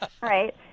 right